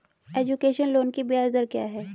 Education loan की ब्याज दर क्या है?